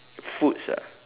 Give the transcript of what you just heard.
foods ah